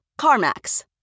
CarMax